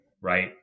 right